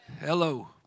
Hello